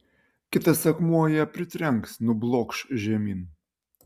kitas akmuo ją pritrenks nublokš žemyn